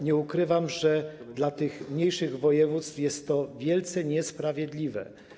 Nie ukrywam, że w przypadku tych mniejszych województw jest to wielce niesprawiedliwe.